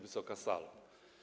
Wysoka Salo!